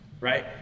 right